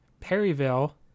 Perryville